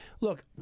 Look